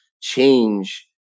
change